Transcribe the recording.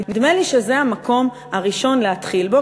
נדמה לי שזה המקום הראשון להתחיל בו,